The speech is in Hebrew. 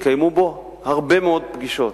שהתקיימו בו הרבה מאוד פגישות,